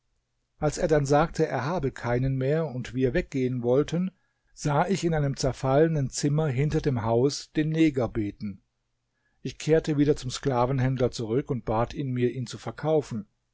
als er dann sagte er habe keinen mehr und wir weggehen wollten sah ich in einem zerfallenen zimmer hinter dem haus den neger beten ich kehrte wieder zum sklavenhändler zurück und bat ihn mir ihn zu verkaufen